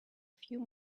few